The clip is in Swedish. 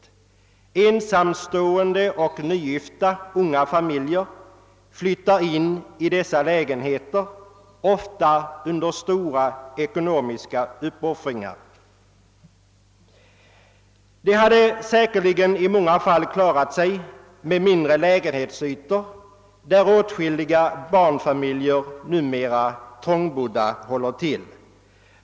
Ensamstående och nygifta unga familjer flyttar in i dessa lägenheter, ofta under stora ekonomiska uppoffringar. De hade säkerligen i många fall klarat sig med mindre lägenhetsytor, där åtskilliga trångbodda barnfamiljer nu håller till.